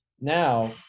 Now